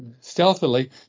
stealthily